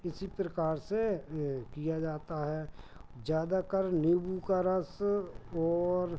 इसी प्रकार से किया जाता है ज़्यादातर नींबू का रस और